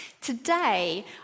Today